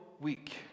week